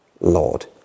Lord